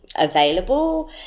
available